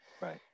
Right